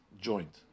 joint